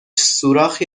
سوراخی